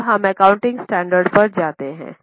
अब हम accounting standard पर जाते हैं